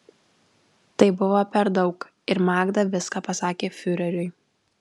tai buvo per daug ir magda viską pasakė fiureriui